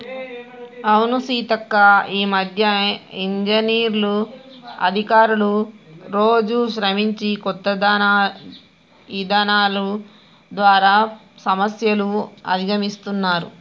అవును సీతక్క ఈ మధ్య ఇంజనీర్లు అధికారులు రోజు శ్రమించి కొత్త ఇధానాలు ద్వారా సమస్యలు అధిగమిస్తున్నారు